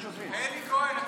אלי כהן,